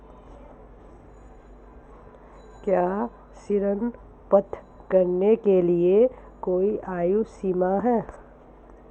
क्या ऋण प्राप्त करने के लिए कोई आयु सीमा है?